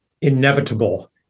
inevitable